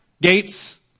gates